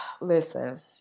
Listen